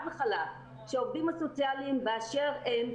וחלק לגבי העובדים הסוציאליים באשר הם,